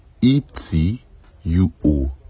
E-T-U-O